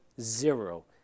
zero